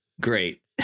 Great